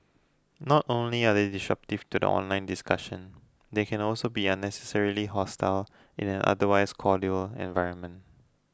not only are they disruptive to the online discussion they can also be unnecessarily hostile in an otherwise cordial environment